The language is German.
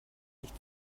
nicht